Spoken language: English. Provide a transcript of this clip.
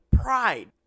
pride